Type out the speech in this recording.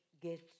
get